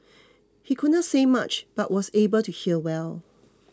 he could not say much but was able to hear well